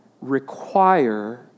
require